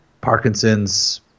Parkinson's